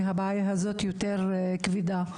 מהבעיה הזאת יותר כבדה.